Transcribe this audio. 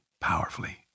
powerfully